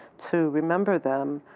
to remember them.